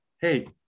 hey